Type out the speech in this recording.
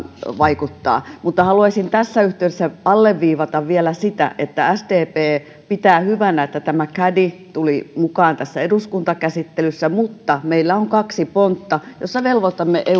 vaikuttaa haluaisin tässä yhteydessä alleviivata vielä sitä että sdp pitää hyvänä että tämä caddy tuli mukaan tässä eduskuntakäsittelyssä mutta meillä on kaksi pontta joissa velvoitamme